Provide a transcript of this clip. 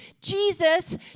Jesus